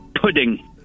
Pudding